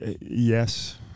yes